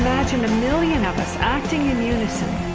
imagine a million of us acting in unison!